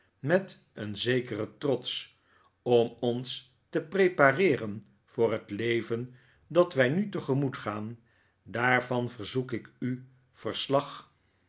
met een zekeren trots om ons te prepareeren voor het leven dat wij nu tegemoet gaan daarvan verzoek ik u verslag